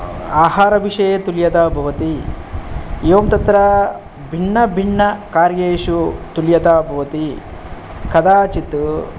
आहारविषये तुल्यता भवति एवं तत्र भिन्नभिन्नकार्येषु तुल्यता भवति कदाचित्